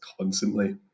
constantly